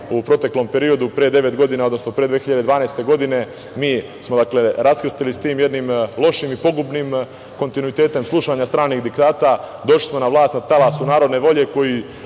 u proteklom periodu pre devet godina, odnosno pre 2012. godine, mi smo raskrstili sa tim, jednim lošim, pogubnim kontinuitetom slušanja stranih dekreta. Došli smo na vlast na talasu narodne volje.